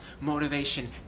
motivation